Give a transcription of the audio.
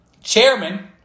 chairman